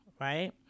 right